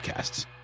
podcasts